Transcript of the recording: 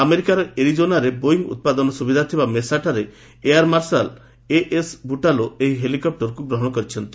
ଆମେରିକାର ଏରିକୋନାରେ ବୋଇଙ୍ଗ୍ ଉତ୍ପାଦନ ସୁବିଧା ଥିବା ମେସାଠାରେ air marshal A S Butola ଏହି ହେଲିକପ୍ଟରକୁ ଗ୍ରହଣ କରିଛନ୍ତି